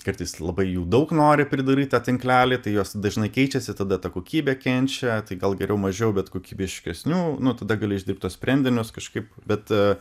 kartais labai jų daug nori pridaryta tinklelį tai jos dažnai keičiasi tada ta kokybė kenčia tai gal geriau mažiau bet kokybiškesnių nu tada gali išdirbt tuos sprendinius kažkaip bet